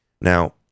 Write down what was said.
Now